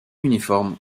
uniforme